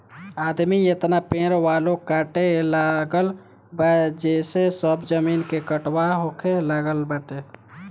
आदमी एतना पेड़ पालो काटे लागल बा जेसे सब जमीन के कटाव होखे लागल बाटे